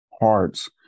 hearts